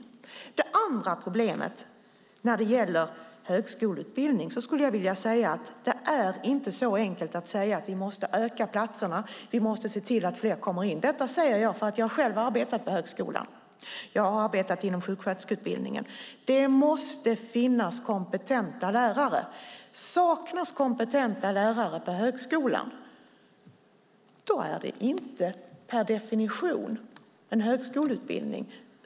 Det andra problemet när det gäller högskoleutbildningen är att det inte är så enkelt som att man bara måste öka platserna och se till att fler kommer in. Detta säger jag för att jag själv arbetat på högskolan. Jag har arbetet inom sjuksköterskeutbildningen. Det måste finnas kompetenta lärare. Saknas kompetenta lärare på högskolan är det inte per definition en högskoleutbildning.